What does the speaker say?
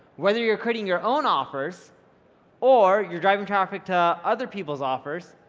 whether you're creating your own offers or you're driving traffic to other people's offers,